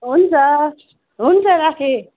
हुन्छ हुन्छ राखेँ